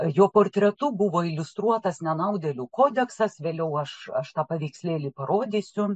jo portretu buvo iliustruotas nenaudėlių kodeksas vėliau aš aš tą paveikslėlį parodysiu